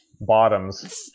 Bottoms